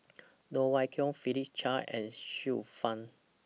Loh Wai Kiew Philip Chia and Xiu Fang